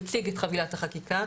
הציג את חבילת החקיקה.